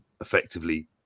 effectively